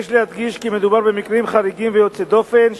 יש להדגיש כי מדובר במקרים חריגים ויוצאי דופן,